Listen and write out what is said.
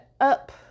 up